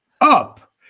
up